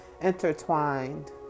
intertwined